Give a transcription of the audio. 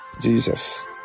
jesus